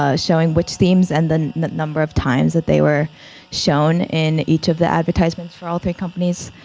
ah showing which themes and then the number of times that they were shown in each of the advertisements for all three companies.